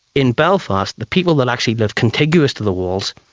in belfast the people that actually lived contiguous to the walls,